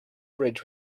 bridge